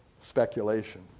speculation